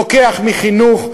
לוקח מחינוך,